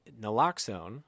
naloxone